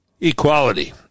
Equality